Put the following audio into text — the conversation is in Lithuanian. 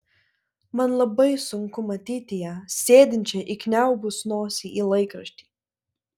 man labai sunku matyti ją sėdinčią įkniaubus nosį į laikraštį